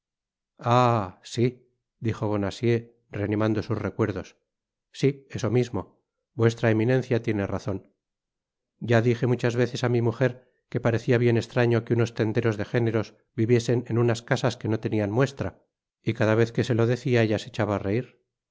sí dijo bonacieux reanimando sus recuerdos sí eso mismo vuestra eminencia tiene razon ya dije muchas veces á mi mujer que parecía bien estraño que unos tenderos de géneros viviesen en unas casas que no tenían muestra y cada vez que se lo decía ella se echaba á reír